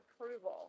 approval